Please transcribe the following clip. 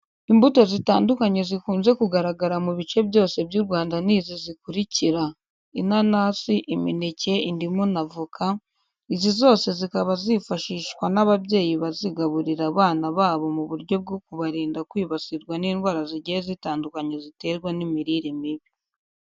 Imbuto zitandukanye zikunze kugaragara mu bice byose by'u Rwanda ni izi zikurikira: inanasi, imineke, indimu na voka, izi zose zikaba zifashishwa n'ababyeyi bazigaburira abana babo mu buryo bwo kubarinda kwibasirwa n'indwara zigiye zitandukanye ziterwa n'imirire mibi.